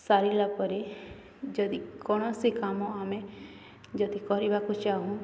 ସାରିଲା ପରେ ଯଦି କୌଣସି କାମ ଆମେ ଯଦି କରିବାକୁ ଚାହୁଁ